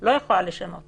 לא יכולה לשנות